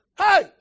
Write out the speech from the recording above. hey